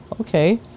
Okay